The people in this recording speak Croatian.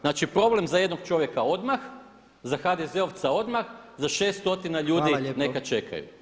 Znači, problem za jednog čovjeka odmah, za HDZ-ovca odmah, za 6 stotina ljudi neka čekaju.